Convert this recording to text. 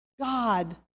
God